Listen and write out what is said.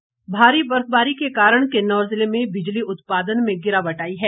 बिजली भारी बर्फबारी के कारण किन्नौर जिले में बिजली उत्पादन में गिरावट आई है